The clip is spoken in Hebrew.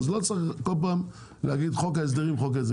אז לא צריך כל פעם להגיד חוק ההסדר חוק ההסדרים,